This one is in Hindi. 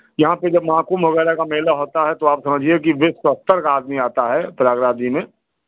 यहाँ पे जब महाकुंभ वगैरह का मेला होता है तो आप समझिए कि विश्व स्तर का आदमी आता है प्रयागराज जी में